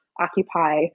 occupy